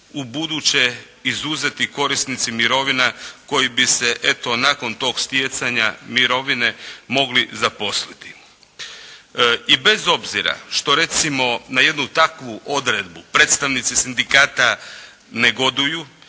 ubuduće izuzeti korisnici mirovina koji bi se eto nakon tog stjecanja mirovine mogli zaposliti. I bez obzira što recimo na jednu takvu odredbu predstavnici sindikata negoduju